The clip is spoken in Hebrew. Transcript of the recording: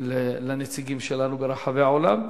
לנציגים שלנו ברחבי העולם,